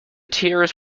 tears